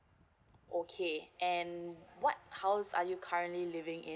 okay and what house are you currently living in